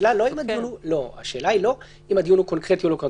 השאלה היא לא אם הדיון הוא קונקרטי או לא.